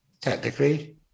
technically